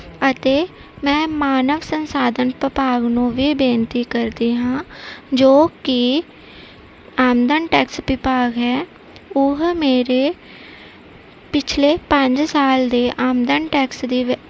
ਅਤੇ ਮੈਂ ਮਾਨਵ ਸੰਸਾਧਨ ਵਿਭਾਗ ਨੂੰ ਵੀ ਬੇਨਤੀ ਕਰਦੀ ਹਾਂ ਜੋ ਕੀ ਆਮਦਨ ਟੈਕਸ ਵਿਭਾਗ ਹੈ ਉਹ ਮੇਰੇ ਪਿਛਲੇ ਪੰਜ ਸਾਲ ਦੇ ਆਮਦਨ ਟੈਕਸ ਦੇ